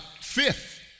fifth